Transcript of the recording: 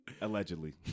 Allegedly